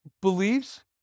beliefs